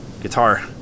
guitar